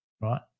right